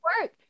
work